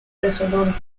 thessaloniki